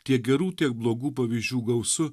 tiek gerų tiek blogų pavyzdžių gausu